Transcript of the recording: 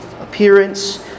appearance